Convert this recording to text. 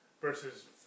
Versus